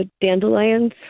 Dandelions